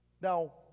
now